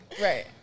Right